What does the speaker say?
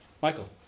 Michael